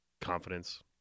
confidence